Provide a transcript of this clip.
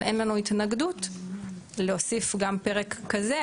אבל אין לנו התנגדות להוסיף גם פרק כזה,